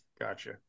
Gotcha